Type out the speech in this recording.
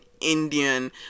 indian